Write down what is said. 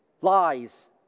lies